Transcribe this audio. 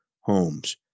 homes